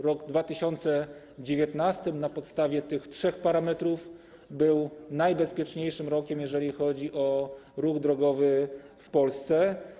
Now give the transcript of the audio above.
Rok 2019, na podstawie tych trzech parametrów, był najbezpieczniejszym rokiem, jeżeli chodzi o ruch drogowy w Polsce.